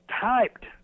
typed